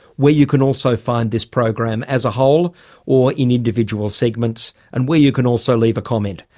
where you can also find this program as a whole or in individual segments and where you can also leave a comment.